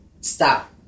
stop